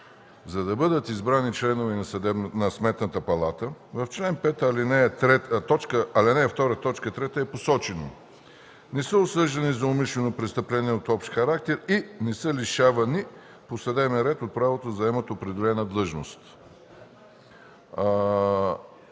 за да бъдат избрани членове на Сметната палата, в чл. 5, ал. 2, т. 3 е посочено: „не са осъждани за умишлено престъпление от общ характер и не са лишавани по съдебен ред от правото да заемат определена длъжност”.